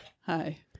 Hi